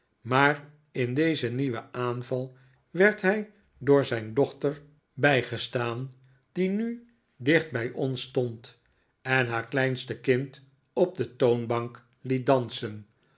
maar in dezen nieuwen aanval werd hij door zijn dochter bijgestaan die nu dicht bij ons stond en haar kleinste kind op de toonbank het dansen